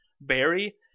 Barry